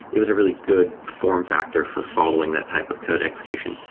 it was a really good form factor for following that type of code execution.